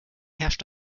herrscht